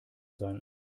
sein